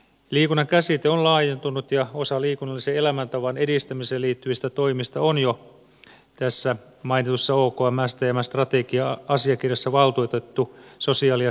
liikunnan käsite on laajentunut ja osa liikunnallisen elämäntavan edistämiseen liittyvistä toimista on jo tässä mainitussa okmn ja stmn strategia asiakirjassa valtuutettu sosiaali ja terveys ministeriölle